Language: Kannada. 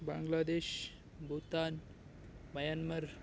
ಬಾಂಗ್ಲಾದೇಶ್ ಬೂತನ್ ಮಯನ್ಮಾರ್